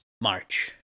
march